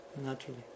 naturally